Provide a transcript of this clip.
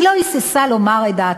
היא לא היססה לומר את דעתה.